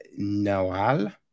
Nawal